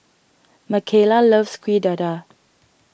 Makayla loves Kuih Dadar